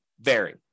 vary